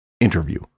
interview